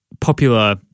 popular